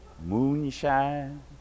moonshine